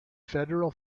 federal